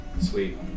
Sweet